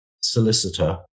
solicitor